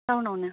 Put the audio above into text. town